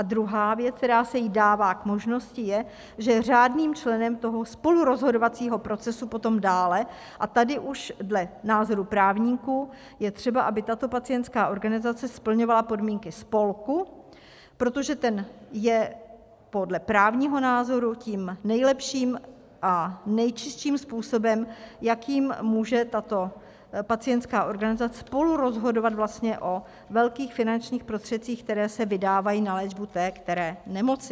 Druhá věc, která se jí dává k možnosti, je, že je řádným členem toho spolurozhodovacího procesu potom dále, a tady už dle názoru právníků je třeba, aby tato pacientská organizace splňovala podmínky spolku, protože ten je podle právního názoru tím nejlepším a nejčistším způsobem, jakým může tato pacientská organizace spolurozhodovat vlastně o velkých finančních prostředcích, které se vydávají na léčbu té které nemoci.